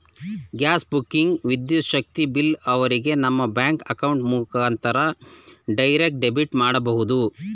gas booking, ವಿದ್ಯುತ್ ಶಕ್ತಿ bill ಅವರಿಗೆ ನಮ್ಮ ಬ್ಯಾಂಕ್ ಅಕೌಂಟ್ ಮುಖಾಂತರ ಡೈರೆಕ್ಟ್ ಡೆಬಿಟ್ ಮಾಡಬಹುದು